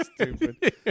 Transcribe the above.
stupid